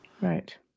Right